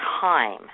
time